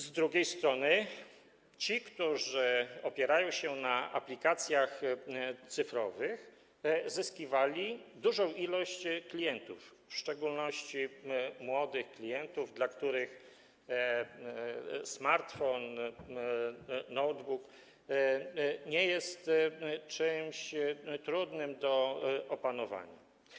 Z drugiej strony, ci którzy opierają się na aplikacjach cyfrowych, zyskiwali dużą liczbę klientów, w szczególności młodych klientów, dla których smartfon, notebook nie są czymś trudnym do opanowania.